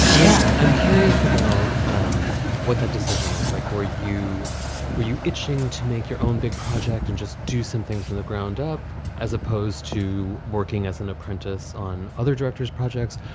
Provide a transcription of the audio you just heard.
and yeah i'm curious about um what that decision looked like. were you were you itching to make your own big project and just do something for the ground up as opposed to working as an apprentice on other directors projects?